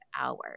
hours